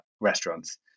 restaurants